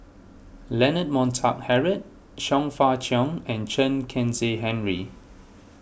Leonard Montague Harrod Chong Fah Cheong and Chen Kezhan Henri